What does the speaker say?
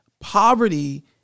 poverty